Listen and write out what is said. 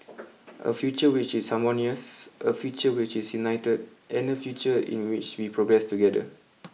a future which is harmonious a future which is united and a future in which we progress together